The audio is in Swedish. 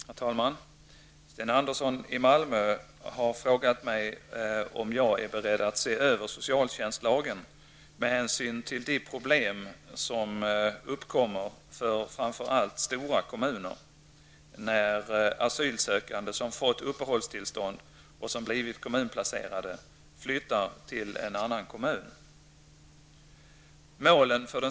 Herr talman! Sten Andersson i Malmö har frågat mig om jag är beredd att se över socialtjänstlagen med hänsyn till de problem som uppkommer för framför allt stora kommuner när asylsökande som fått uppehållstillstånd och blivit kommunplacerade flyttar till en annan kommun.